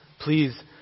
Please